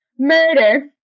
Murder